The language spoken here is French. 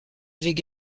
avaient